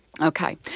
Okay